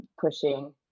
pushing